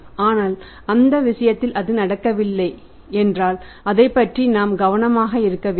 ஆனால் அந்த விஷயத்தில் அது நடக்கவில்லை என்றால் அதைப் பற்றி நாம் கவனமாக இருக்க வேண்டும்